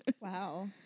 Wow